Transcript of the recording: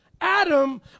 Adam